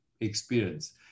experience